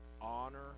honor